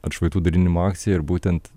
atšvaitų dalinimo akciją ir būtent